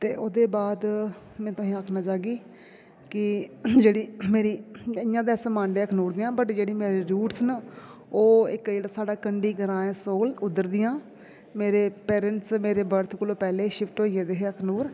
ते ओह्दे बाद में तुसें गी आखना चाह्गी की जेह्ड़ी मेरी इ'यां ते अस मांडे अखनूर दे हा वट् जेह्ड़े मेरी रूट्स न ओह् इक जेह्ड़ा साढ़ा कंडी ग्रांऽ ऐ सोहल उद्धर दियां मेरे पेरेंट्स मेरे बर्थ कोला पैह्लें शिफ्ट होई गेदे हे अखनूर